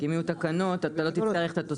אם יהיו תקנות אתה לא תצטרך את התוספת.